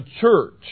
church